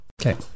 Okay